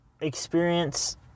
experience